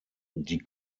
die